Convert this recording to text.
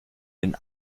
den